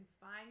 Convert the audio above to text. find